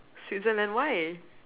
Switzerland why